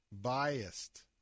biased